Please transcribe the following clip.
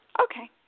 Okay